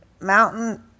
mountain